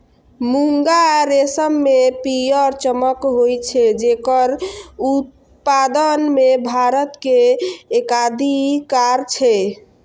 मूंगा रेशम मे पीयर चमक होइ छै, जेकर उत्पादन मे भारत के एकाधिकार छै